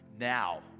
now